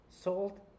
salt